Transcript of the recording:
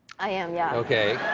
i am, yeah.